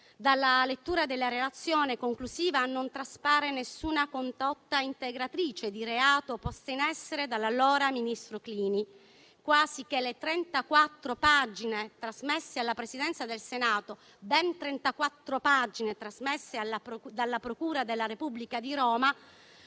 Dalla lettura della relazione conclusiva non traspare alcuna condotta integratrice di reato posto in essere dall'allora ministro Clini, quasi che le ben 34 pagine trasmesse alla Presidenza del Senato dalla procura della Repubblica di Roma,